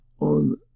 on